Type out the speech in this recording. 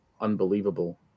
unbelievable